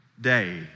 day